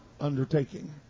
undertaking